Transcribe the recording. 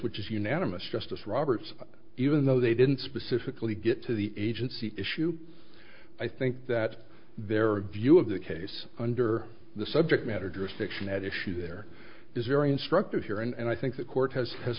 which is unanimous justice roberts even though they didn't specifically get to the agency issue i think that their view of the case under the subject matter jurisdiction at issue there is very instructive here and i think the court has has